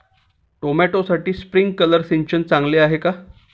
टोमॅटोसाठी स्प्रिंकलर सिंचन चांगले आहे का?